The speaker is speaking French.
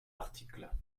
article